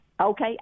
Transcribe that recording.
Okay